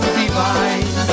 divine